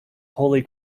holy